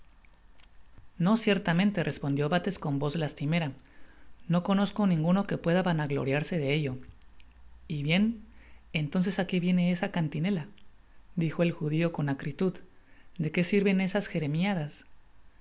no ciertamente respondió bates con voz lastimera no conozco ninguno que pueda vanagloriarse de ello y bien entonces á qué viene esa cantinela dijo el jutii'o con acritud de qué sirven esas jeremiadas por